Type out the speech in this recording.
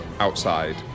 outside